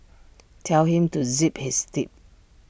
tell him to zip his lip